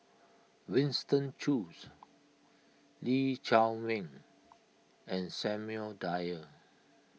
Winston Choos Lee Chiaw Meng and Samuel Dyer